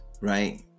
right